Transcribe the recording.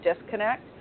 disconnect